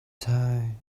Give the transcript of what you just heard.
time